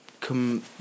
come